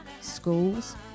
schools